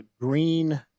green